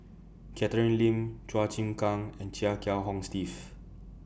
Catherine Lim Chua Chim Kang and Chia Kiah Hong Steve